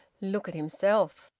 look at himself!